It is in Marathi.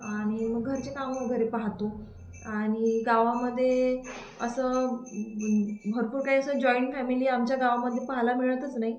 आणि घरचे कामं वगैरे पाहातो आणि गावामध्ये असं भरपूर काही असं जॉईंट फॅमिली आमच्या गावामध्ये पाहायला मिळतच नाही